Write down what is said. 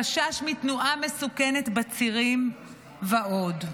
חשש מתנועה מסוכנת בצירים ועוד.